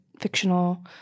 fictional